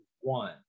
one